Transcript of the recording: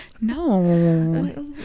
no